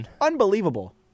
unbelievable